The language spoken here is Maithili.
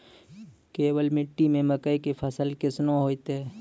केवाल मिट्टी मे मकई के फ़सल कैसनौ होईतै?